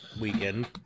weekend